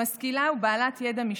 משכילה ובעלת ידע משפטי.